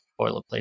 boilerplate